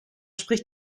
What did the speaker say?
spricht